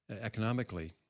economically